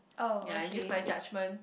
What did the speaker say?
ya and use my judgement